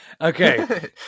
Okay